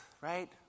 right